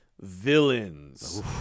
villains